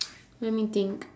let me think